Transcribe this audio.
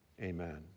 amen